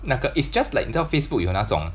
那个 it's just like 你知道 Facebook 有那种